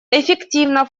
эффективно